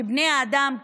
שבו בני האדם,